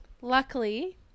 luckily